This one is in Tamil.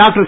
டாக்டர்